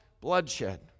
bloodshed